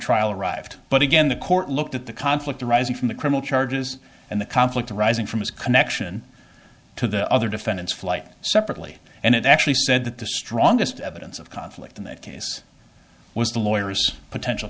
trial arrived but again the court looked at the conflict arising from the criminal charges and the conflict arising from his connection to the other defendants flight separately and it actually said that the strongest evidence of conflict in that case was the lawyers potential